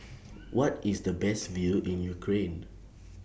What IS The Best View in Ukraine